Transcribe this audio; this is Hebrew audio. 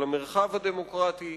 על המרחב הדמוקרטי.